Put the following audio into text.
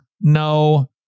No